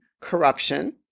corruption